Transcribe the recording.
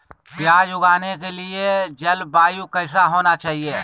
प्याज उगाने के लिए जलवायु कैसा होना चाहिए?